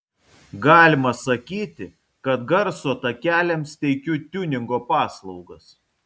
galima sakyti kad garso takeliams teikiu tiuningo paslaugas